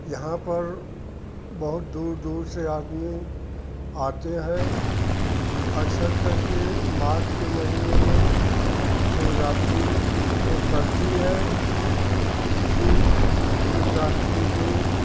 यहाँ पर बहुत दूर दूर से आदमी आते हैं आक्सर करके मार्च के महीने में शिवरात्रि हो पड़ती है उसी शिवरात्रि के